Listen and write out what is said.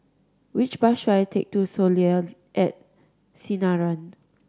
which bus should I take to Soleil at Sinaran